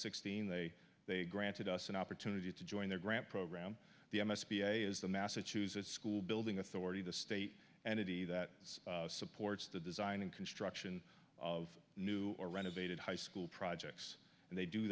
sixteen they they granted us an opportunity to join their grant program the s b a is the massachusetts school building authority the state and eddie that supports the design and construction of new or renovated high school projects and they do